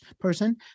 person